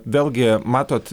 vėlgi matot